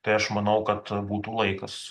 tai aš manau kad būtų laikas